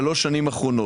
בשלוש השנים האחרונות.